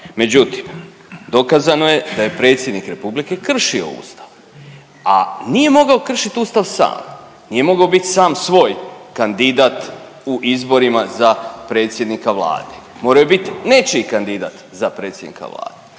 Međutim, dokazano je da je predsjednik Republike kršio Ustav, a nije mogao kršiti Ustav sam, nije mogao bit sam svoj kandidat u izborima za predsjednika Vlade, morao je biti nečiji kandidat za predsjednika Vlade,